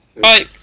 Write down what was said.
Bye